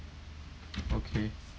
okay